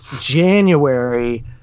January